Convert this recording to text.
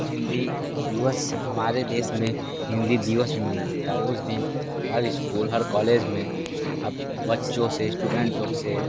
हिंदी दिवस हमारे देश में हिंदी दिवस भी मनाया जाता है उस दिन हर इस्कूल हर कॉलेज में अब बच्चों से इस्टूडेंट लोग से